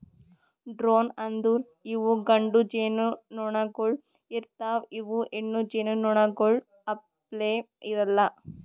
drone ಅಂದುರ್ ಇವು ಗಂಡು ಜೇನುನೊಣಗೊಳ್ ಇರ್ತಾವ್ ಇವು ಹೆಣ್ಣು ಜೇನುನೊಣಗೊಳ್ ಅಪ್ಲೇ ಇರಲ್ಲಾ